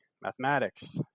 mathematics